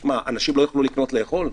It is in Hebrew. מה, אנשים לא יוכלו לקנות אוכל?